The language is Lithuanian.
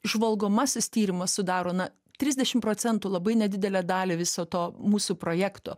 žvalgomasis tyrimas sudaro na trisdešim procentų labai nedidelę dalį viso to mūsų projekto